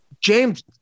James